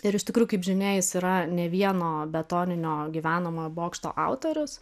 ir iš tikrųjų kaip žinia jis yra ne vieno betoninio gyvenamojo bokšto autorius